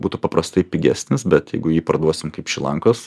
būtų paprastai pigesnis bet jeigu jį parduosim kaip šri lankos